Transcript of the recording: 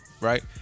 Right